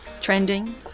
trending